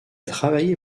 travaillé